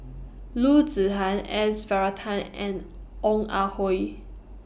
Loo Zihan S Varathan and Ong Ah Hoi